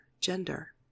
gender